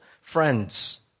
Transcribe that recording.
friends